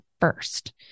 first